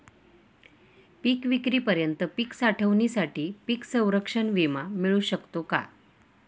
पिकविक्रीपर्यंत पीक साठवणीसाठी पीक संरक्षण विमा मिळू शकतो का?